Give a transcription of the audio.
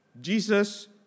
Jesus